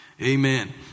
Amen